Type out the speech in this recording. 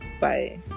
bye